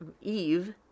eve